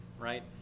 Right